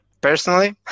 Personally